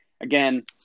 again